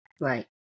Right